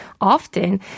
often